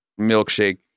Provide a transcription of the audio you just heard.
milkshake